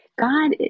God